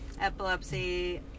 Epilepsy